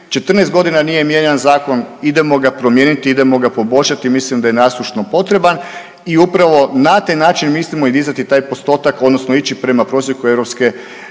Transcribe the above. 14.g. nije mijenjan zakon, idemo ga promijeniti, idemo ga poboljšati, mislim da je nasušno potreban i upravo na taj način mislimo i dizati taj postotak odnosno ići prema prosjeku